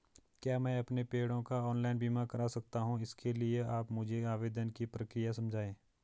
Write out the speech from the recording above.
क्या मैं अपने पेड़ों का ऑनलाइन बीमा करा सकता हूँ इसके लिए आप मुझे आवेदन की प्रक्रिया समझाइए?